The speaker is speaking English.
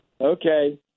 okay